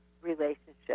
relationship